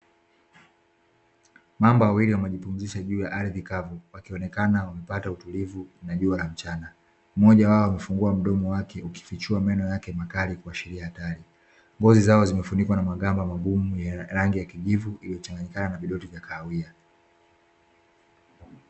Mamba wawili wamejipumzisha juu ya ardhi kavu, wakionekana wanapata utulivu na jua la mchana. Mmoja wao amefungua mdomo wake ukifichua meno yake makali kuashiria hatari. Ngozi zao zimefunikwa na magamba magumu ya rangi ya kijivu iliyochanganyikana na vidoti vya kahawia.